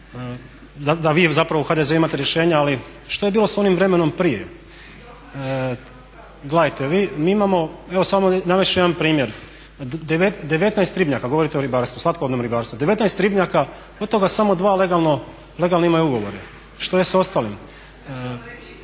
da vi zapravo u HDZ-u imate rješenja, ali što je bilo s onim vremenom prije? Gledajte mi imamo, evo samo navest ću jedan primjer, 19 ribnjaka, govorite o ribarstvu, slatkovodnom ribarstvu 19 ribnjaka od toga samo dva legalno imaju ugovore. Što je sa ostalim? …/Upadica se